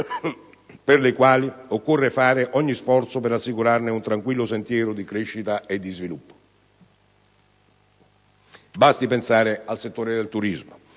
per le quali occorre fare ogni sforzo per assicurare loro un tranquillo sentiero di crescita e di sviluppo. Basti pensare al settore del turismo.